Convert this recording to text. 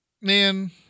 man